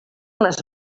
les